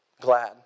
Glad